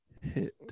hit